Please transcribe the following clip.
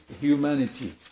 humanity